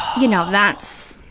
you know, that's.